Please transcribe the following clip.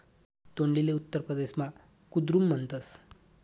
तोंडलीले उत्तर परदेसमा कुद्रुन म्हणतस